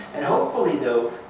and hopefully, though,